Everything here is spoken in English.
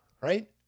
right